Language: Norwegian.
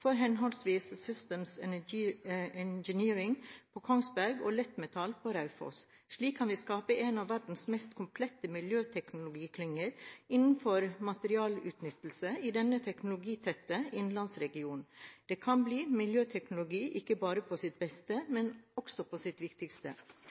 for henholdsvis Systems Engineering på Kongsberg, og lettmetall på Raufoss. Slik kan vi skape en av verdens mest komplette miljøteknologiklynger innenfor materialutnyttelse i denne teknologitette innlandsregionen. Det kan bli miljøteknologi ikke bare på sitt beste,